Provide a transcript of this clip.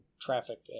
traffic